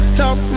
talk